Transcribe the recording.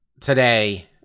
today